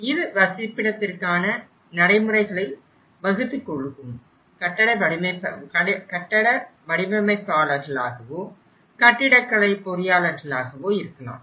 இது வசிப்பிடத்திற்கான நடைமுறைகளை வகுத்துக் கொடுக்கும் கட்டிட வடிவமைப்பாளர்களாகவோ கட்டிடக்கலை பொறியாளர்களாகவோ இருக்கலாம்